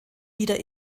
wieder